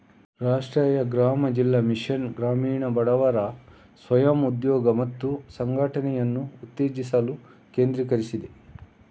ರಾ.ಗ್ರಾ.ಜೀ mission ಗ್ರಾಮೀಣ ಬಡವರ ಸ್ವ ಉದ್ಯೋಗ ಮತ್ತು ಸಂಘಟನೆಯನ್ನು ಉತ್ತೇಜಿಸಲು ಕೇಂದ್ರೀಕರಿಸಿದೆ